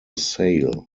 sale